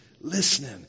listening